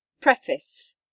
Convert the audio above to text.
preface